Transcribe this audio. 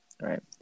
right